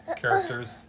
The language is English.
characters